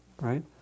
right